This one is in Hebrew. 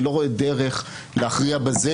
אני לא רואה דרך להכריע בזה,